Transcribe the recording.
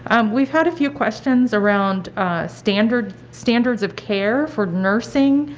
um we've had a few questions around standards standards of care for nursing.